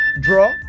Draw